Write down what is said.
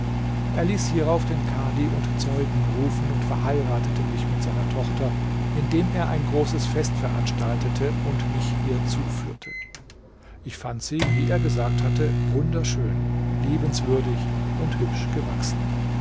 er ließ hierauf den kadi und zeugen rufen und verheiratete mich mit seiner tochter indem er ein großes fest veranstaltete und mich ihr zuführte ich fand sie wie er gesagt hatte wunderschön liebenswürdig und hübsch gewachsen